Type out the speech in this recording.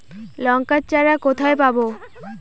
লঙ্কার চারা কোথায় পাবো?